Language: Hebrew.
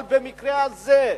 אבל במקרה הזה,